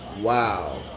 Wow